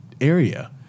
area